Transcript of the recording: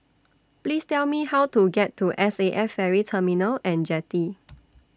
Please Tell Me How to get to S A F Ferry Terminal and Jetty